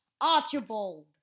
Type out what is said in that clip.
Archibald